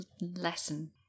lesson